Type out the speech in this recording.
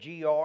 GR